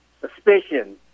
suspicion